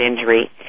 injury